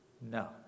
no